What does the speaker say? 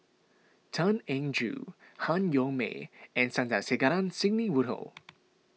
Tan Eng Joo Han Yong May and Sandrasegaran Sidney Woodhull